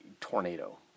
tornado